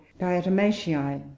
diatomaceae